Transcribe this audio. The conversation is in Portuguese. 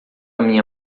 minha